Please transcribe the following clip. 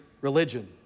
religion